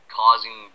causing